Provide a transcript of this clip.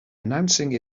announcing